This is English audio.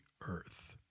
earth